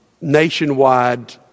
nationwide